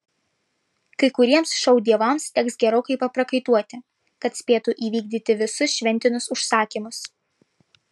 kai kuriems šou dievams teks gerokai paprakaituoti kad spėtų įvykdyti visus šventinius užsakymus